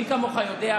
מי כמוך יודע,